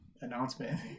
announcement